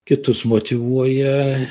kitus motyvuoja